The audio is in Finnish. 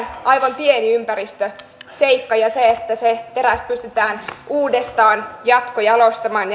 aivan pieni ympäristöseikka ja se että se teräs pystytään uudestaan jatkojalostamaan